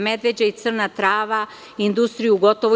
Medveđa i Crna Trava industriju gotovo i